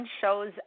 shows